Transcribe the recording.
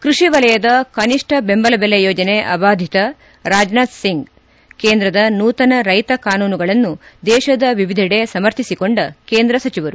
ಕೃಷಿ ವಲಯದ ಕನಷ್ಠ ಬೆಂಬಲಬೆಲೆ ಯೋಜನೆ ಅಬಾಧಿತ ರಾಜನಾಥ್ ಸಿಂಗ್ ಕೇಂದ್ರದ ನೂತನ ರೈತ ಕಾನೂನುಗಳನ್ನು ದೇಶದ ವಿವಿಧಡ ಸಮರ್ಥಿಸಿಕೊಂಡ ಕೇಂದ್ರ ಸಚಿವರು